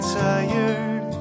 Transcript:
tired